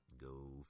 go